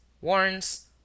warns